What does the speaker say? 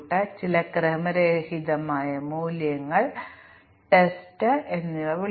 unit testing നടത്തുന്നതിലൂടെ അവിടെയുള്ള മിക്ക ബഗുകളും ഞങ്ങൾ ഇല്ലാതാക്കിയെന്ന് നമുക്കറിയാം